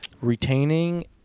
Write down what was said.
retaining